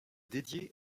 dédiée